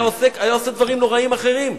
היה עושה דברים נוראים אחרים.